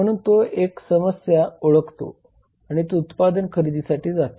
म्हणून तो एक समस्या ओळखतो आणि तो उत्पादन खरेदीसाठी जातो